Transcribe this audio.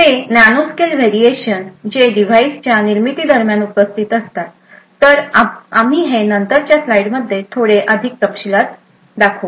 ते nanoscale variation जे डिव्हाइसच्या निर्मिती दरम्यान उपस्थित असतात तर आपण हे नंतरच्या स्लाइडमध्ये थोडे अधिक तपशीलात पाहू